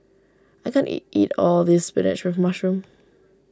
I can't eat all of this Spinach with Mushroom